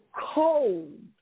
cold